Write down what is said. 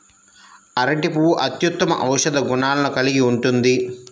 అరటి పువ్వు అత్యుత్తమ ఔషధ గుణాలను కలిగి ఉంటుంది